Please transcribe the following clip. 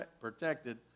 protected